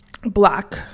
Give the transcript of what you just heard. black